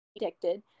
addicted